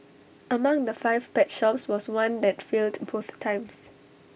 among the five pet shops was one that failed both times